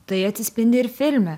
tai atsispindi ir filme